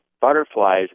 butterflies